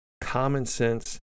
common-sense